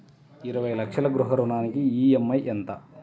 ఇరవై లక్షల గృహ రుణానికి ఈ.ఎం.ఐ ఎంత?